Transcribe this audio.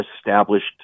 established